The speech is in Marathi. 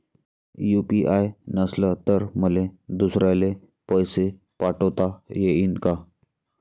यू.पी.आय नसल तर मले दुसऱ्याले पैसे पाठोता येईन का?